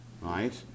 right